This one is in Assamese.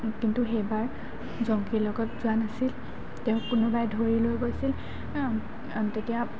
কিন্তু সেইবাৰ জংকীৰ লগত যোৱা নাছিল তেওঁক কোনোবাই ধৰি লৈ গৈছিল তেতিয়া